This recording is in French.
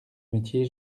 métier